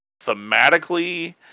thematically